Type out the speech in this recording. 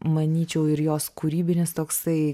manyčiau ir jos kūrybinis toksai